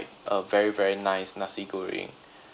a very very nice nasi goreng